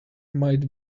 might